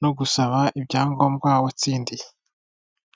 no gusaba ibyangombwa watsindiye.